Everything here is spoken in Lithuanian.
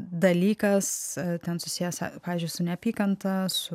dalykas ten susijęs pavyzdžiui su neapykanta su